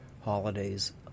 holidays